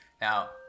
Now